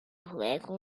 political